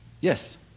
Yes